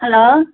hello